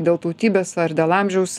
dėl tautybės ar dėl amžiaus